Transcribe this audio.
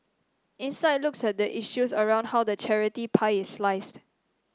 insight looks at the issues around how the charity pie is sliced